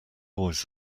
always